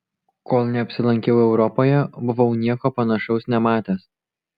kol neapsilankiau europoje buvau nieko panašaus nematęs